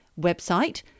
website